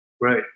Right